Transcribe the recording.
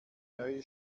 neue